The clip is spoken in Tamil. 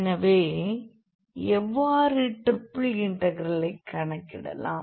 எனவே எவ்வாறு ட்ரிபிள் இன்டெக்ரலை கணக்கிடலாம்